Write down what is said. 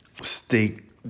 steak